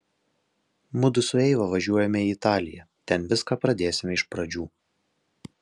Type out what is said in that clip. mudu su eiva važiuojame į italiją ten viską pradėsime iš pradžių